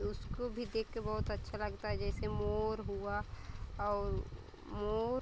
उसको भी देखकर बहुत अच्छा लगता है जैसे मोर हुआ और उ मोर